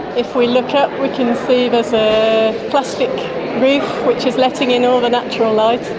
if we look up we can see there's a plastic roof which is letting in all the natural light,